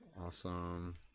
Awesome